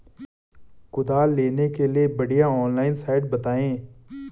कुदाल लेने के लिए बढ़िया ऑनलाइन साइट बतायें?